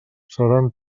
seran